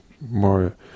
more